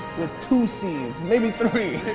with two cs, maybe three.